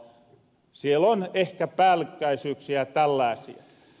siel on ehkä päällekkäisyyksiä tällääsiä